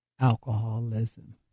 alcoholism